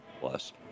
plus